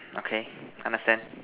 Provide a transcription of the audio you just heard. okay understand